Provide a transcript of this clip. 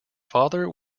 father